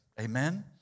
Amen